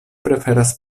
preferas